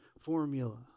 formula